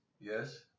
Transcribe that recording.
Yes